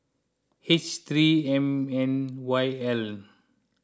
H three M N Y L